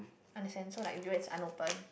unless so like durian is unopen